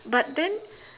but then